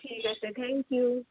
ঠিক আছে thank U